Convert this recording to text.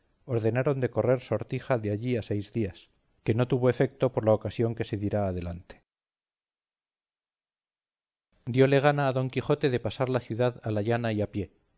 ordenaron de correr sortija de allí a seis días que no tuvo efecto por la ocasión que se dirá adelante diole gana a don quijote de pasear la ciudad a la llana y a pie